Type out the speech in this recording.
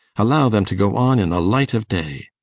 allow them to go on in the light of day!